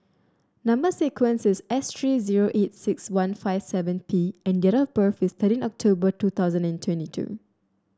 number sequence is S three zero eight six one five seven P and date of birth is thirteen October two thousand and twenty two